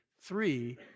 three